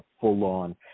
full-on